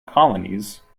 colonies